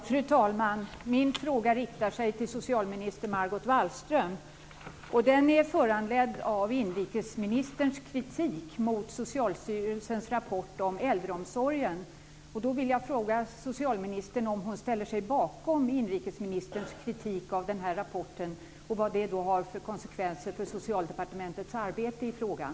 Fru talman! Min fråga riktar sig till socialminister Margot Wallström. Den är föranledd av inrikesministerns kritik mot Socialstyrelsens rapport om äldreomsorgen. Jag vill fråga socialministern om hon ställer sig bakom inrikesministerns kritik av den här rapporten och vad det har för konsekvenser för Socialdepartementets arbete i frågan.